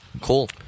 cool